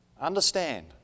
Understand